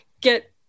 get